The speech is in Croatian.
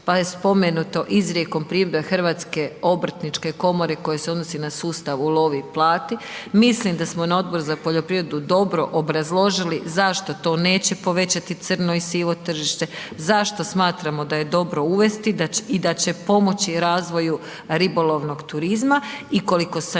pa je spomenuto izrijekom .../Govornik se ne razumije./... HOK-a koji se odnosi na sustav „ulovi i plati“, mislim da smo na Odboru za poljoprivredu dobro obrazložili zašto to neće povećati crno i sivo tržište, zašto smatramo da je dobro uvesti i da će pomoći razvoju ribolovnog turizma i koliko sam ja